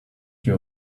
you